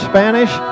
Spanish